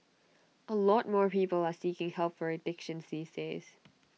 A lot more people are seeking help for addictions these days